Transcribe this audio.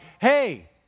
Hey